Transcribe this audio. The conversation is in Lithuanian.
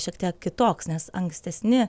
šiek tiek kitoks nes ankstesni